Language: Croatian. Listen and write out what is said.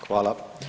Hvala.